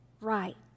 right